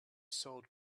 sold